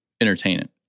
entertainment